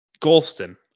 Golston